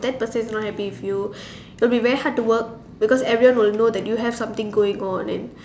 that person is not happy with you it will be very hard to work because everyone will know you have something going on and